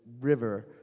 river